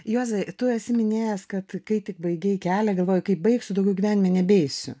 juozai tu esi minėjęs kad kai tik baigei kelią galvojai kaip baigsiu daugiau gyvenime nebeisiu